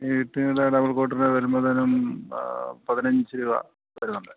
ഈട്ടിയുടെ double കോട്ടിന് വരുന്നത് പതിനഞ്ച് രൂപ വരുന്നുണ്ട്